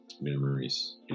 memories